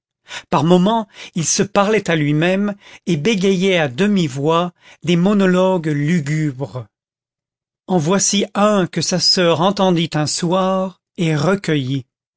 par moments il se parlait à lui-même et bégayait à demi-voix des monologues lugubres en voici un que sa soeur entendit un soir et recueillit